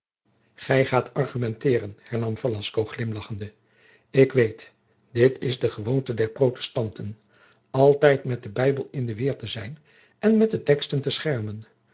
gij gaat argumenteeren hernam velasco glimlagchende ik weet dit is de gewoonte der protestanten altijd met den bijbel in de weer te zijn en met de texten te schermen